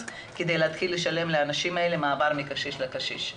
כדי לשלם לאנשים האלה מעבר מקשיש לקשיש.